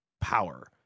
power